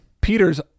Peter's